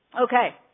Okay